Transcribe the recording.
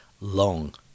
long